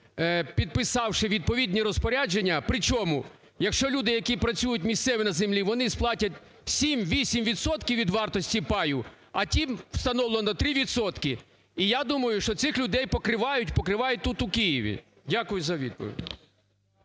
підписавши відповідні розпорядження. Причому, якщо люди, які працюють, місцеві, на землі, вони сплатять 7-8 відсотків від вартості паю, а тим встановлено 3 відсотки, і я думаю, що цих людей покривають. Покривають тут у Києві. Дякую за відповідь.